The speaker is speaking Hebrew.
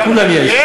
לכולם יש.